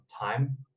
time